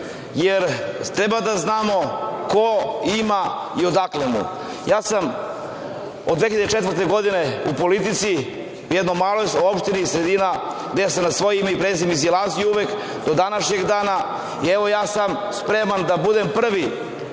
jer treba da znamo ko ima i odakle mu. Od 2004. godine sam u politici u jednoj maloj opštini i sredini, gde sam na svoje ime i prezime izlazio uvek, do današnjeg dana. Evo, ja sam spreman da budem prvi